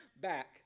back